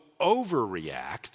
overreact